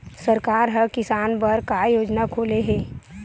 सरकार ह किसान बर का योजना खोले हे?